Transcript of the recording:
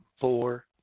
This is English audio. four